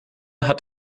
hat